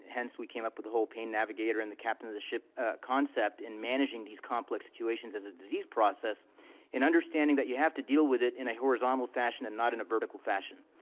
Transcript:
hence, we came up with the whole pain navigator and the captain of the ship concept in managing these complex situations as a disease process and understanding that you have to deal with it in a horizontal fashion and not in a vertical fashion.